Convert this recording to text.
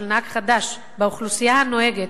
השיעור של הנהגים החדשים באוכלוסייה הנוהגת,